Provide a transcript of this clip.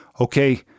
Okay